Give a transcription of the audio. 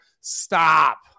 Stop